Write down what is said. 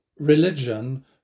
religion